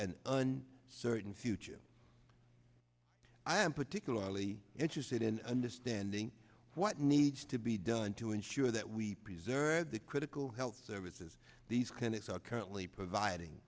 and on certain future i am particularly interested in understanding what needs to be done to ensure that we preserve the critical health services these clinics are currently providing